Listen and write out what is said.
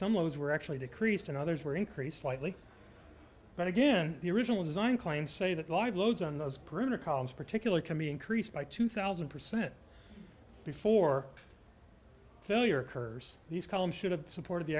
some of those were actually decreased and others were increased slightly but again the original design claim say that live loads on those perimeter columns particular can be increased by two thousand percent before failure occurs these columns should have supported the